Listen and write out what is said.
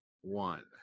one